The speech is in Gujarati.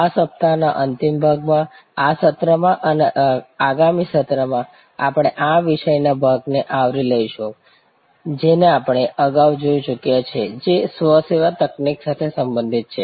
આ સપ્તાહના અંતિમ ભાગમાં આ સત્રમાં અને આગામી સત્રમાં આપણે આ વિષયના ભાગને આવરી લઈશું જેને આપણે અગાઉ જોઈ ચૂક્યા છીએ જે સ્વ સેવા તકનીક સાથે સંબંધિત છે